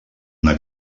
una